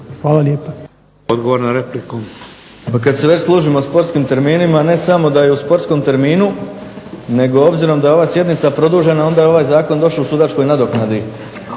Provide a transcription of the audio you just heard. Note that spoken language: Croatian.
Hvala lijepa.